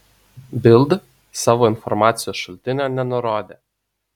bild savo informacijos šaltinio nenurodė